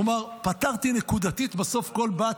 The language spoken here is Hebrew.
כלומר, פתרתי נקודתית בסוף לכל בת